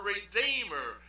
Redeemer